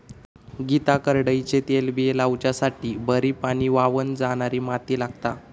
गीता करडईचे तेलबिये लावच्यासाठी बरी पाणी व्हावन जाणारी माती लागता